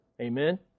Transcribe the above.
Amen